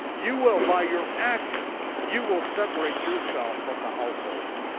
you will by your actions, you will separate yourself from the household.